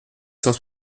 cent